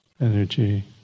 energy